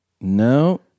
No